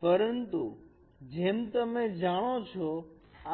પરંતુ જેમ તમે જાણો છો